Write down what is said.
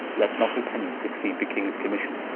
let not her penance exceede the kings commission